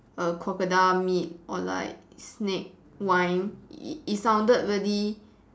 err crocodile meat or like snake wine it it sounded really